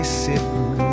sitting